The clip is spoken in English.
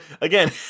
again